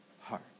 heart